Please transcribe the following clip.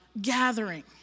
gathering